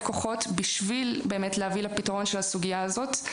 כוחות בשביל באמת להביא לפתרון של הסוגיה הזאת.